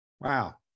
Wow